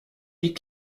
die